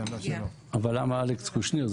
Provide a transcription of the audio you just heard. אבל למה אלכס קושניר?